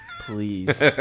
Please